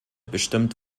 bestimmt